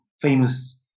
famous